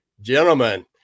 gentlemen